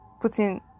putting